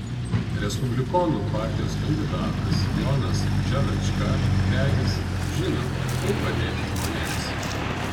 respublikonų partijos kandidatas jonas dževečka regis žino kaip padėti žmonėms